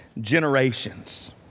generations